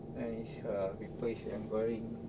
and is uh people is enquiring